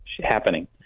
happening